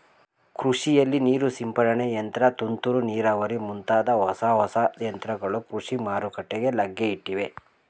ಕೃಷಿಯಲ್ಲಿ ನೀರು ಸಿಂಪಡನೆ ಯಂತ್ರ, ತುಂತುರು ನೀರಾವರಿ ಮುಂತಾದ ಹೊಸ ಹೊಸ ಯಂತ್ರಗಳು ಕೃಷಿ ಮಾರುಕಟ್ಟೆಗೆ ಲಗ್ಗೆಯಿಟ್ಟಿವೆ